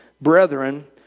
Brethren